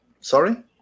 sorry